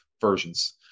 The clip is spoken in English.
versions